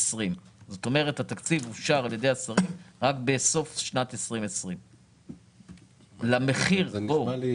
זאת אומרת התקציב אושר על ידי השרים רק בסוף שנת 2020. זה נשמע לי